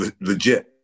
Legit